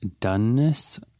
doneness